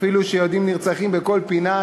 אפילו שיהודים נרצחים בכל פינה,